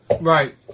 right